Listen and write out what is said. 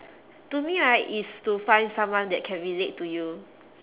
to me right is to find someone that can relate to you